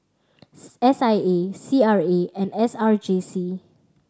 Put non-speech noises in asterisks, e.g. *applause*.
*unintelligible* S I A C R A and S R J C